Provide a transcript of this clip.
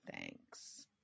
thanks